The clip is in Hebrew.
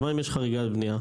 אז מה אם יש חריגת בנייה?